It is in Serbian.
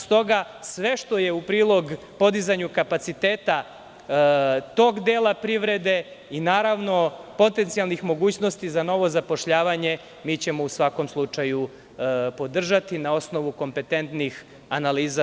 Stoga, sve što je u prilog podizanju kapaciteta tog dela privrede i potencijalnih mogućnosti za novo zapošljavanje, mi ćemo u svakom slučaju podržati, na osnovu kompetentnih analiza.